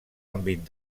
àmbit